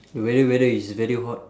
the weather weather is very hot